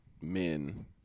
men